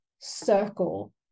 circle